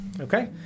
Okay